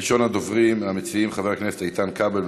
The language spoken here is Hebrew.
ראשון הדוברים מהמציעים, חבר הכנסת איתן כבל.